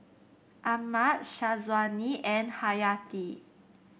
Ahmad Syazwani and Hayati